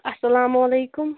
السَّلامُ علیکم